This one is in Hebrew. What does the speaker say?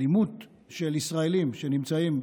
אלימות של ישראלים שנמצאים,